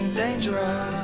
dangerous